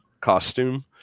costume